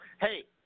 hey